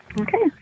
Okay